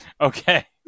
Okay